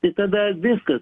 tai tada viskas